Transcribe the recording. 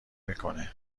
میکنه